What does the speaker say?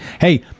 Hey